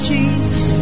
Jesus